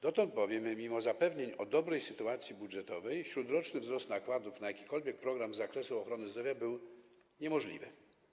Dotąd bowiem mimo zapewnień o dobrej sytuacji budżetowej śródroczny wzrost nakładów na jakikolwiek program z zakresu ochrony zdrowia był niemożliwy.